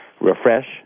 refresh